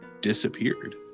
disappeared